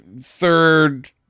third